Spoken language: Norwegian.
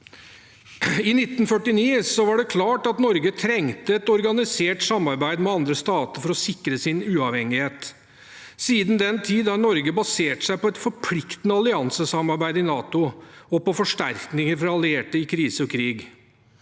I 1949 var det klart at Norge trengte et organisert samarbeid med andre stater for å sikre sin uavhengighet. Siden den tid har Norge basert seg på et forpliktende alliansesamarbeid i NATO og på forsterkninger fra allierte i krise og krig.